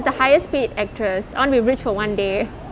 the highest paid actress I want to be rich for one day